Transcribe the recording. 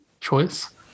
choice